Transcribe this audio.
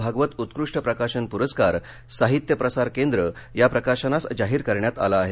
भागवत उत्कृष्ट प्रकाशन पुरस्कार साहित्य प्रसार केंद्र या प्रकाशनास जाहीर करण्यात आला आहे